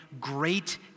great